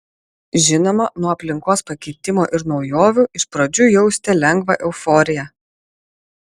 žinoma nuo aplinkos pakeitimo ir naujovių iš pradžių jausite lengvą euforiją